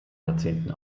jahrzehnten